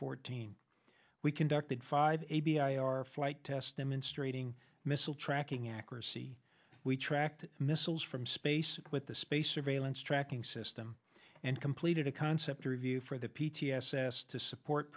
fourteen we conducted five a b i our flight test demonstrating missile tracking accuracy we tracked missiles from space with the space surveillance tracking system and completed a concept review for the p t s s to support